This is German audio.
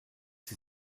sie